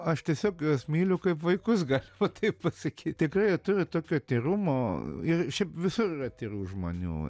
aš tiesiog juos myliu kaip vaikus galima taip pasakyt tikrai jie turi tokio tyrumo ir šiaip visur yra tyrų žmonių